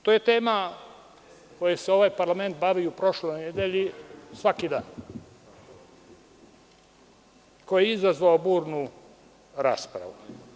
To je tema kojom se ovaj parlament bavio i u prošloj nedelji svaki dan, koja je izazvala burnu raspravu.